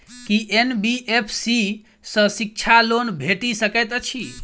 की NBFC सँ शिक्षा loan भेटि सकैत अछि?